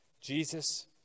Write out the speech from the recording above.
Jesus